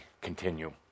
continue